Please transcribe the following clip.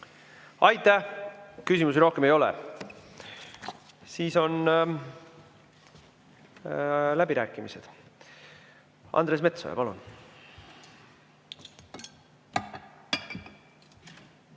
Aitäh! Küsimusi rohkem ei ole. Siis on läbirääkimised. Andres Metsoja, palun!